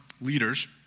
leaders